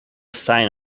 sign